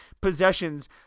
possessions